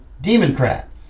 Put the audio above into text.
Democrat